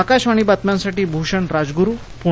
आकाशवाणी बातम्यांसाठी भूषण राजगुरु पुणे